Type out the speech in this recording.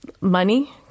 money